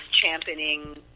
championing